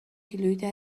کیلوییده